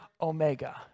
omega